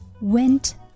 went